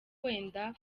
wenda